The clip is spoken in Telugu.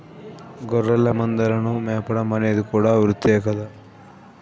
గొర్రెల మందలను మేపడం అనేది కూడా ఒక వృత్తే కదా